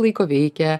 laiko veikia